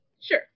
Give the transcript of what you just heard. Sure